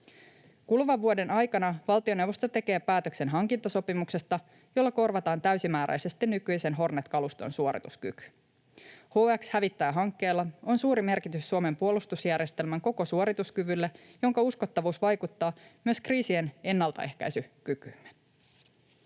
Kuluvan vuoden aikana valtioneuvosto tekee päätöksen hankintasopimuksesta, jolla korvataan täysimääräisesti nykyisen Hornet-kaluston suorituskyky. HX-hävittäjähankkeella on suuri merkitys Suomen puolustusjärjestelmän koko suorituskyvylle, jonka uskottavuus vaikuttaa myös kriisien ennaltaehkäisykykyymme.